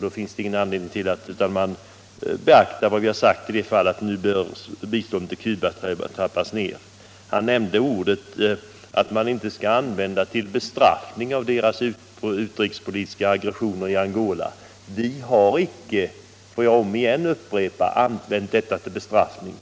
Då finns det ingen anledning att inte beakta vad vi sagt i det fallet, nämligen att nu bör biståndet till Cuba trappas ner. Herr Hellström säger att man inte skall använda biståndet för bestraffning av Cubas utrikespolitiska aggressioner i Angola. Vi har icke — det får jag om igen upprepa — använt detta som bestraffning.